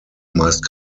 meist